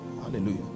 Hallelujah